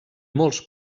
molts